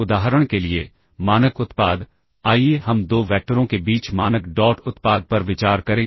उदाहरण के लिए मानक उत्पाद आइए हम दो वैक्टरों के बीच मानक डॉट उत्पाद पर विचार करें